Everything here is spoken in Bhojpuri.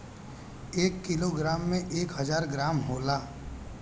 एक किलोग्राम में एक हजार ग्राम होला